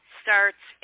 starts